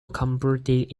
converted